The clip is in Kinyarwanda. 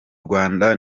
rwanda